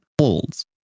holds